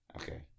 Okay